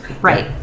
right